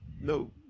No